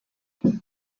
mani